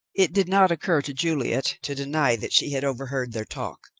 it did not occur to juliet to deny that she had overheard their talk.